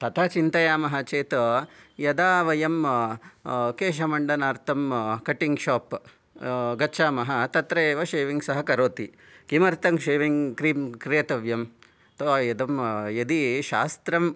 तथा चिन्तयामः चेत् यदा वयं केशमण्डनार्थं कटिङ्ग् शाप् गच्छामः तत्र एव षेविङ्ग् सः करोति किमर्थं षेविङ्ग् क्रीम् क्रेतव्यं तो इदं यदि शास्त्रं